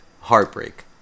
Heartbreak